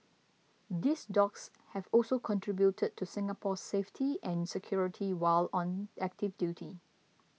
these dogs have also contributed to Singapore's safety and security while on active duty